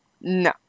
No